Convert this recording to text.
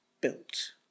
built